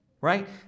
right